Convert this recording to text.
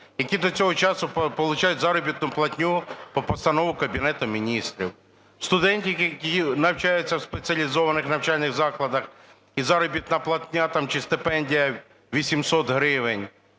які до цього часу получають заробітну платню по постановах Кабінету Міністрів. Студенти, які навчаються в спеціалізованих навчальних закладах, і заробітна платня там чи стипендія 800 гривень.